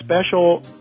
special